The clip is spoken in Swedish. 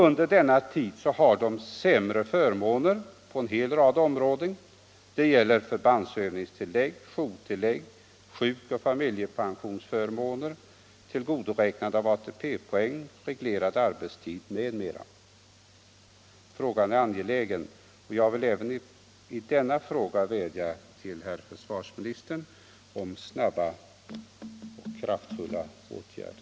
Under denna tid har de sämre förmåner på en rad områden, bl.a. i vad gäller förbandsövningstillägg, jourtillägg, sjukoch familjepensionsförmåner, tillgodoräknade ATP-poäng och reglerad arbetstid m.m. Frågan är angelägen, och jag vill även i detta fall vädja till försvarsministern om snabba och kraftfulla åtgärder.